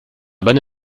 bonne